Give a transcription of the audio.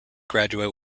graduate